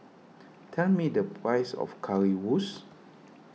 tell me the price of Currywurst